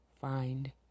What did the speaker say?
Find